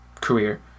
career